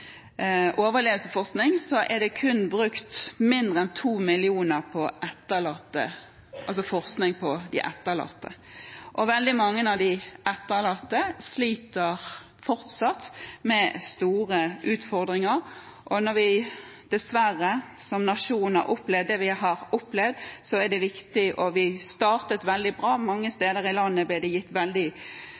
så er det kun brukt mindre enn 2 mill. kr på forskning på de etterlatte. Veldig mange av de etterlatte sliter fortsatt med store utfordringer, og når vi som nasjon dessverre har opplevd det vi har opplevd, er det viktig. Vi startet veldig bra, mange steder i landet ble det gitt veldig